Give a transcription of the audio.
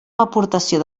aportació